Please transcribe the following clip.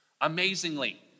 amazingly